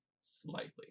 slightly